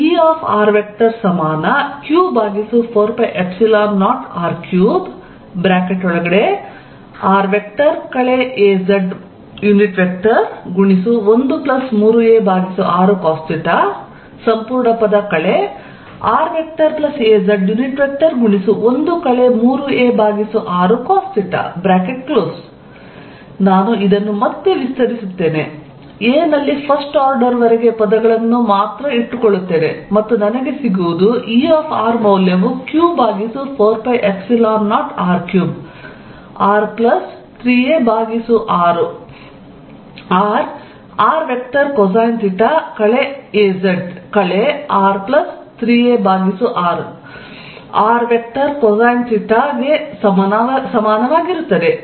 Erq4π0r3r az13arcosθ raz1 3arcosθ ನಾನು ಇದನ್ನು ಮತ್ತೆ ವಿಸ್ತರಿಸುತ್ತೇನೆ a ನಲ್ಲಿ ಫಸ್ಟ್ ಆರ್ಡರ್ ವರೆಗೆ ಪದಗಳನ್ನು ಮಾತ್ರ ಇಟ್ಟುಕೊಳ್ಳುತ್ತೇನೆ ಮತ್ತು ನನಗೆ ಸಿಗುವುದು E ಮೌಲ್ಯವು q ಭಾಗಿಸು 4π0r3 r3ar r vector cosine theta az ಕಳೆ r 3ar r vector cosine theta ಗೆ ಸಮಾನವಾಗಿರುತ್ತದೆ